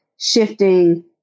shifting